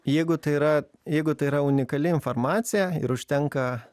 jeigu tai yra jeigu tai yra unikali informacija ir užtenka